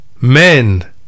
Men